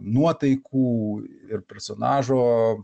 nuotaikų ir personažo